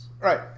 right